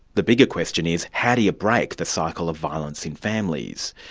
the bigger question is, how do you break the cycle of violence in families?